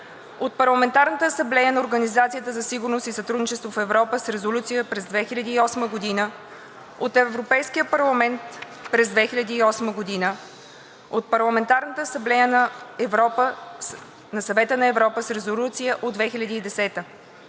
от Парламентарната асамблея на Организацията за сигурност и сътрудничество в Европа с резолюция през 2008 г., от Европейския парламент през 2008 г., от Парламентарната асамблея на Съвета на Европа с резолюция от 2010 г.